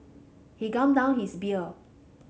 he gulped down his beer